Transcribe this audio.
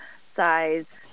size